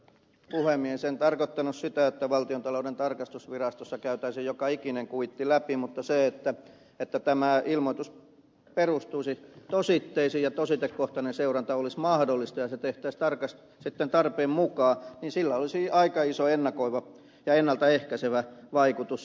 en tarkoittanut sitä että valtiontalouden tarkastusvirastossa käytäisiin joka ikinen kuitti läpi mutta sillä että tämä ilmoitus perustuisi tositteisiin ja tositekohtainen seuranta olisi mahdollista ja se tehtäisiin sitten tarpeen mukaan olisi aika iso ennakoiva ja ennalta ehkäisevä vaikutus